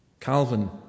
Calvin